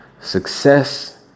Success